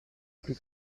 plus